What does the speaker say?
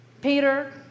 Peter